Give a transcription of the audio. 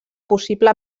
possible